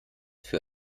für